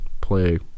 play